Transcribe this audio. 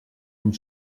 amb